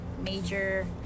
major